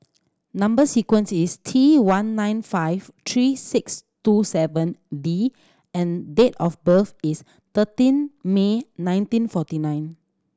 number sequence is T one nine five three six two seven D and date of birth is thirteen May nineteen forty nine